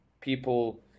people